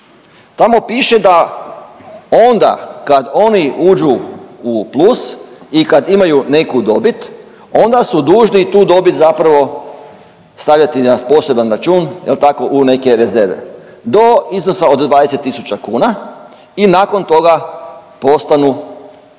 Tamo piše da onda kad oni uđu u plus i kad imaju neku dobit onda su dužni tu dobit zapravo stavljati na poseban račun jel tako, u neke rezerve do iznosa od 20 tisuća kuna i nakon toga postanu